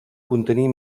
contenir